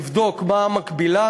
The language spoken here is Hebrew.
לבדוק מה המקבילה.